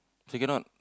say cannot